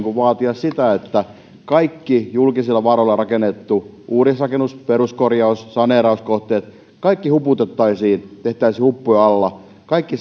vaatia sitä että kaikki julkisilla varoilla rakennettu uudisrakennus peruskorjaus saneerauskohteet huputettaisiin tehtäisiin huppujen alla kaikki